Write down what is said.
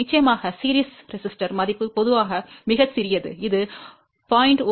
நிச்சயமாக தொடர் மின்தடையங்களின் மதிப்பு பொதுவாக மிகச் சிறியது இது 0